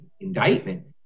indictment